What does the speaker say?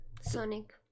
Sonic